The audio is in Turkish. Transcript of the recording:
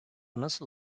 nasıl